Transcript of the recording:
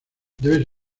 debe